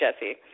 Jesse